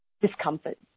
discomfort